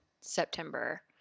September